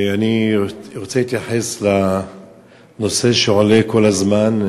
אני רוצה להתייחס לנושא שעולה כל הזמן,